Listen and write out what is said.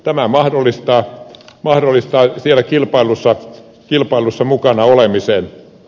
tämä mahdollistaa siellä kilpailussa mukana olleen dise